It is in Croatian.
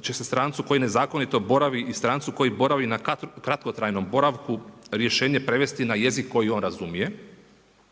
će se strancu koji nezakonito boravi i strancu koji boravi na kratkotrajnom boravku rješenje prevesti na jezik koji on razumije.